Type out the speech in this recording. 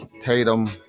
Tatum